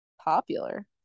popular